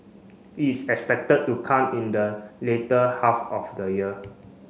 it is expected to come in the later half of the year